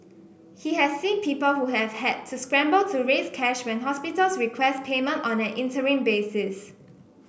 he has seen people who have had to scramble to raise cash when hospitals request payment on an interim basis